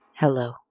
Hello